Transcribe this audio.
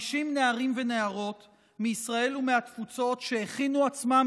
50 נערים ונערות מישראל ומהתפוצות שהכינו עצמם